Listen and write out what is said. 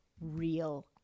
real